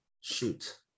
Shoot